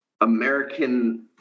American